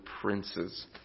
princes